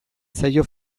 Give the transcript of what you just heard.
zaio